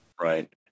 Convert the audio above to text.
Right